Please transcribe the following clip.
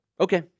Okay